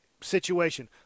situation